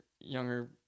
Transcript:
younger